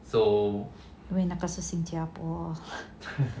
so 因为那个是新加坡